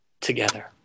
together